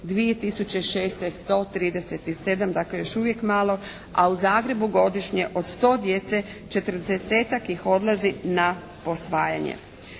2006. 137. Dakle još uvijek malo. A u Zagrebu godišnje od 100 djece 40-tak ih odlazi na posvajanje.